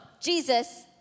Jesus